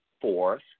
fourth